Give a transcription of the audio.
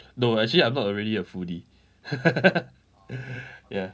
no actually I'm not a really a foodie ya